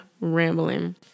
rambling